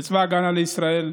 לצבא הגנה לישראל,